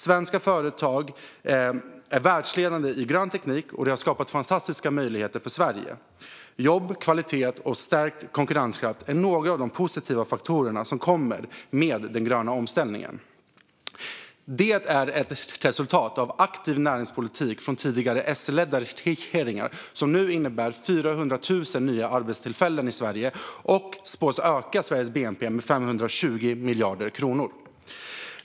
Svenska företag är världsledande i grön teknik, och det har skapat fantastiska möjligheter för Sverige. Jobb, kvalitet och stärkt konkurrenskraft är några av de positiva faktorer som kommer med den gröna omställningen. En aktiv näringspolitik från tidigare S-ledda regeringar har gett resultat i form av 400 000 nya arbetstillfällen i Sverige och att Sveriges bnp spås öka med 520 miljarder kronor.